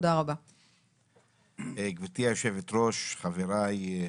גברתי היושבת-ראש, חבריי,